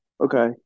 Okay